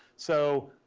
so,